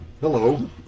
Hello